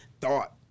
thought